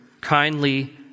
kindly